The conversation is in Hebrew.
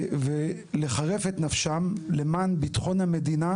ולחרף את נפשם למען בטחון המדינה